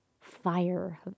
fire